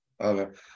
Okay